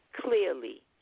clearly